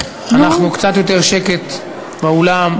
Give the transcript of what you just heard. קצת יותר שקט באולם.